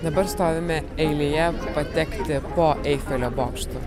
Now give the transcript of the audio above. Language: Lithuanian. dabar stovime eilėje patekti po eifelio bokštu